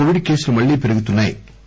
Covid కేసులు మళ్లీ పెరుగుతున్నా యి